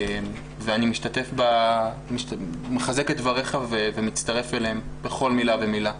ואני מחזק את דבריך ומצטרף אליהם בכל מילה ומילה.